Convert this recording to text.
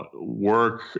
work